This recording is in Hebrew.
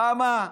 למה?